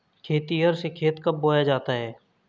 खेतिहर से खेत कब जोता जाता है?